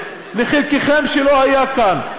לחלקכם שלא היה כאן,